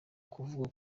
kuvugwa